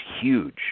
huge